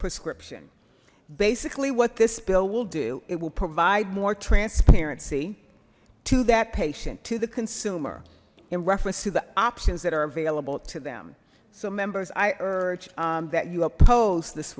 prescription basically what this bill will do it will provide more transparency to that patient to the consumer in reference to the options that are available to them so members i urge that you oppose this